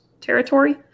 territory